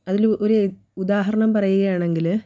അതിൽ ഒരു ഉദാഹരണം പറയുകയാണെങ്കിൽ